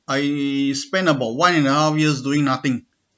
I spend about one and a half years doing nothing